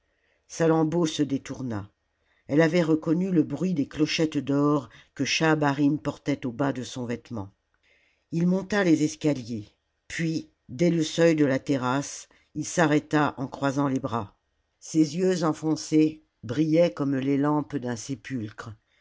salammbô se détourna elle avait reconnu le bruit des clochettes d'or que schahabarim portait au bas de son vêtement il monta les escaliers puis dès le seuil de la terrasse il s'arrêta en croisant les bras ses yeux enfoncés bi illaient comme les lampes d'un sépulcre